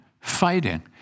fighting